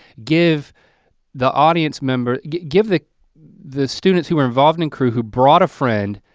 give the audience member. give the the students who were involved in crew who brought a friend,